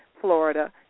Florida